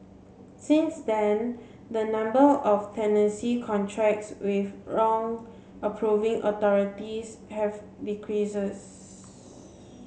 since then the number of tenancy contracts with wrong approving authorities have decreases